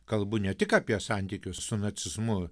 kalbu ne tik apie santykius su nacizmu